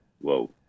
Whoa